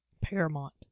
Paramount